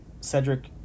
Cedric